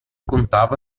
contava